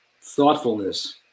thoughtfulness